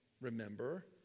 remember